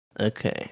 Okay